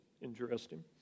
Interesting